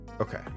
Okay